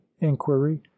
inquiry